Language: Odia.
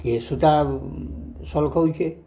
କିଏ ସୂତା ଶଳ୍ଖଉଛେ